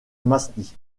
masny